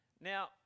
now